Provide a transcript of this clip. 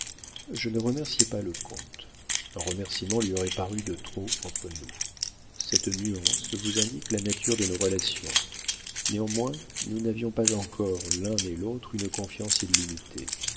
je ne remerciai pas le comte un remercîment lui aurait paru de trop entre nous cette nuance vous indique la nature de nos relations néanmoins nous n'avions pas encore l'un et l'autre une confiance illimitée